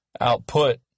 output